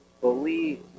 believe